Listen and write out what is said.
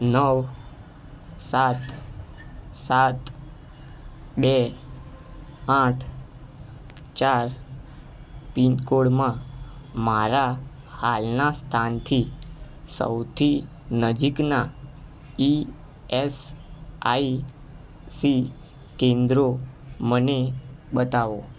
નવ સાત સાત બે આઠ ચાર પીનકોડમાં મારા હાલના સ્થાનથી સૌથી નજીકના ઈએસઆઇસી કેન્દ્રો મને બતાવો